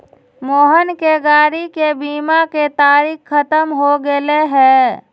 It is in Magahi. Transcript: मोहन के गाड़ी के बीमा के तारिक ख़त्म हो गैले है